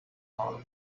all